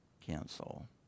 Cancel